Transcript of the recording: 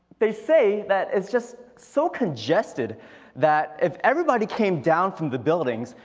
they say that it's just so congested that if everybody came down from the buildings,